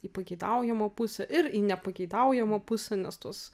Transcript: į pageidaujamą pusę ir į nepageidaujamą pusę nes tuos